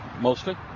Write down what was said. mostly